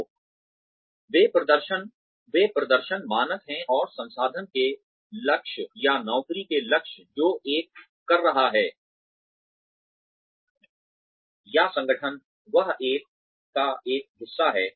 तो वे प्रदर्शन मानक है और संस्थान के लक्ष्य या नौकरी के लक्ष्य जो एक कर रहा है या संगठन वह एक का एक हिस्सा है